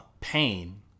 pain